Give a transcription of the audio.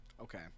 Okay